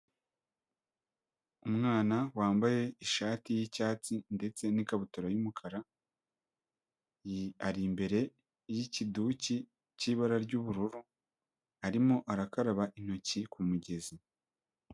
Umwana wambaye ishati y'icyatsi, ndetse n'ikabutura y'umukara, ari imbere y'ikiduki cy'ibara ry'ubururu, arimo arakaraba intoki ku mugezi.